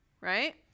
right